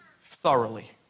thoroughly